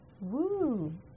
Woo